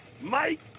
Mike